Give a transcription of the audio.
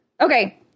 Okay